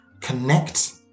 connect